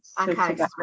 okay